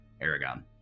Aragon